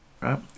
right